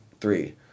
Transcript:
Three